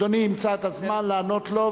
אדוני ימצא את הזמן לענות לו,